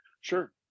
sure